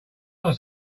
not